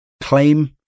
claim